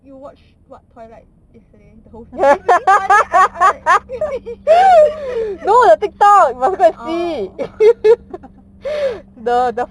you watch what twilight yesterday the whole series orh